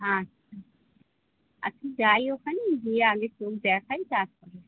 আচ্ছা আচ্ছা যাই ওখানে গিয়ে আগে চোখ দেখাই তারপরে